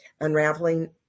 unraveling